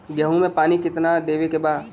गेहूँ मे पानी कितनादेवे के बा?